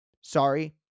Sorry